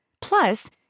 Plus